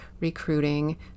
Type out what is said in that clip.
recruiting